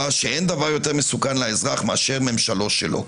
שאין דבר יותר מסוכן לאזרח מאשר ממשלו שלו.